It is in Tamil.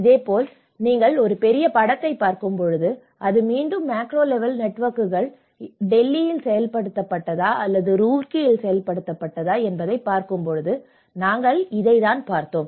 இதேபோல் நீங்கள் ஒரு பெரிய படத்தைப் பார்க்கும்போது அது மீண்டும் மேக்ரோ லெவல் நெட்வொர்க்குகள் இது டெல்லியில் செயல்படுத்தப்பட்டதா அல்லது ரூர்க்கியில் செயல்படுத்தப்பட்டதா என்பதைப் பார்க்கும்போது நாங்கள் இதைப் பார்த்தோம்